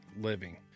living